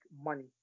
money